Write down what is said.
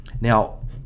Now